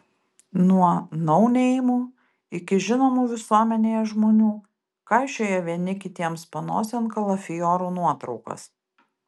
nuo nouneimų iki žinomų visuomenėje žmonių kaišioja vieni kitiems panosėn kalafiorų nuotraukas